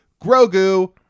Grogu